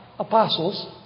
Apostles